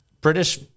British